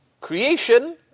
creation